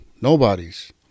nobody's